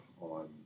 on